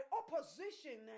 opposition